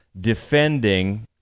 defending